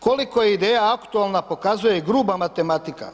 Koliko je ideja aktualna pokazuje i gruba matematika.